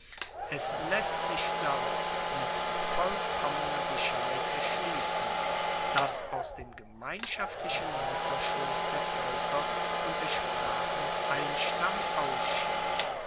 es laesst sich daraus mit vollkommener sicherheit erschliessen dass aus dem gemeinschaftlichen mutterschoss der voelker und der sprachen ein stamm ausschied